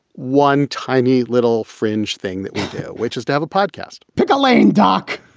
one tiny little fringe thing that which is to have a podcast, pick a lane doc.